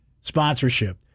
sponsorship